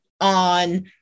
on